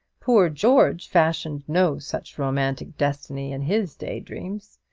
poor george fashioned no such romantic destiny in his day-dreams.